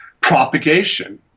Propagation